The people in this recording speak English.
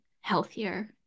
healthier